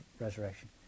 resurrection